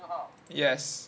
yes